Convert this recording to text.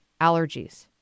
allergies